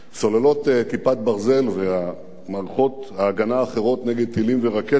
סוללות "כיפת ברזל" ומערכות ההגנה האחרות נגד טילים ורקטות